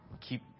keep